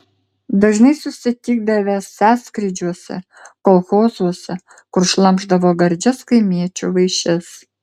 dažnai susitikdavę sąskrydžiuose kolchozuose kur šlamšdavo gardžias kaimiečių vaišes